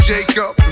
Jacob